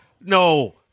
no